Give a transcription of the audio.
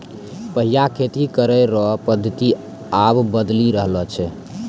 पैहिला खेती करै रो पद्धति आब बदली रहलो छै